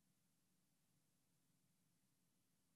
התש"ף